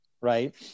Right